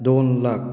दोन लाख